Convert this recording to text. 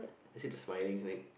is it the smiling snake